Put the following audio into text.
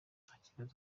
ntakibazo